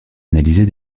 analyser